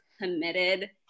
committed